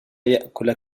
يأكل